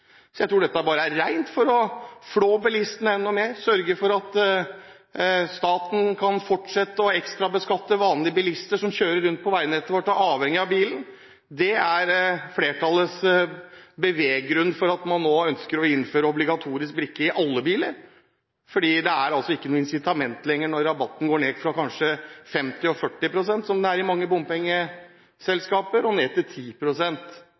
Så jeg tror dette bare er for å flå bilistene enda mer – sørge for at staten kan fortsette å ekstrabeskatte vanlige bilister som kjører rundt på veinettet vårt og er avhengige av bilen. Det er flertallets beveggrunn for at man nå ønsker å innføre obligatorisk brikke i alle biler, for det er ikke lenger noe insitament når rabatten går ned fra kanskje 50 og 40 pst., som det er i mange